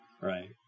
Right